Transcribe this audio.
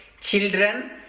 children